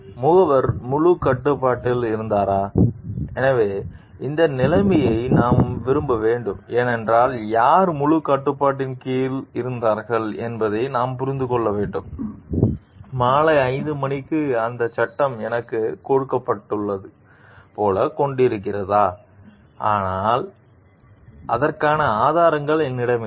முகவர் முழுக் கட்டுப்பாட்டில் இருந்தாரா எனவே இந்த நிலைமையை நாம் விரும்ப வேண்டும் ஏனெனில் யார் முழுக் கட்டுப்பாட்டின் கீழ் இருந்தார்கள் என்பதை நாம் புரிந்து கொள்ள வேண்டும் மாலை 5 மணிக்கு அந்தச் சட்டம் எனக்குக் கொடுக்கப்பட்டது போல கொடுக்கப்பட்டிருக்கிறதா அதனால் அதற்கான ஆதாரங்கள் என்னிடம் இல்லை